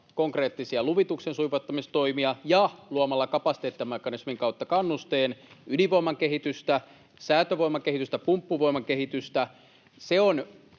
konkreettisia luvituksen sujuvoittamistoimia, luomme kapasiteettimekanismin kautta kannusteen, ydinvoiman kehitystä, sääntövoiman kehitystä, pumppuvoiman kehitystä,